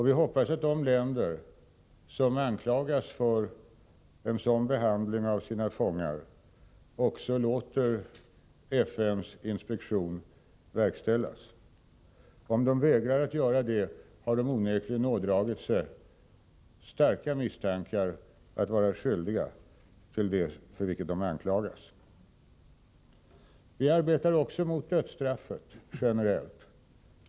Vi hoppas att de länder som anklagas för en sådan behandling av sina fångar också låter FN:s inspektion verkställas. Om de vägrar att göra det, har de onekligen ådragit sig starka misstankar att vara skyldiga till det för vilket de anklagas. Vi arbetar också mot dödsstraffet, generellt.